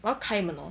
我要开门 hor